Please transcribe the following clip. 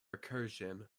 recursion